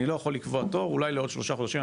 אני לא יכול לקבוע תור, אולי לעוד שלושה חודשים.